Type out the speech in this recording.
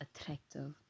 attractive